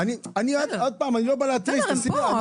הם פה,